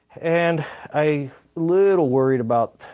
and a little worried about